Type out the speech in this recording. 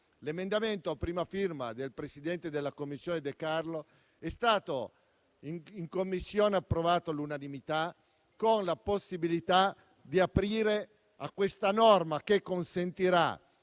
L'emendamento, a prima firma del presidente della Commissione De Carlo, è stato approvato all'unanimità in Commissione, con la possibilità di aprire a questa norma, che consentirà